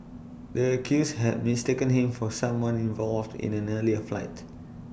the accused had mistaken him for someone involved in an earlier fight